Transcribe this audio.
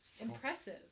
impressive